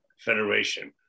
Federation